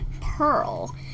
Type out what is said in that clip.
Pearl